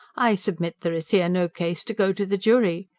i submit there is here no case to go to the jury.